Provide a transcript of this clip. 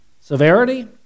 severity